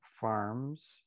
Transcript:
Farms